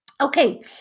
Okay